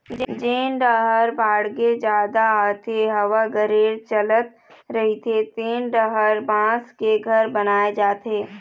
जेन डाहर बाड़गे जादा आथे, हवा गरेर चलत रहिथे तेन डाहर बांस के घर बनाए जाथे